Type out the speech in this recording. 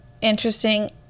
interesting